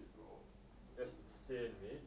shit bro that's insane mate